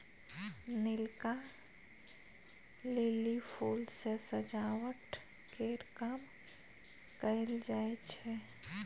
नीलका lily फुल सँ सजावट केर काम कएल जाई छै